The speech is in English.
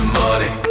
money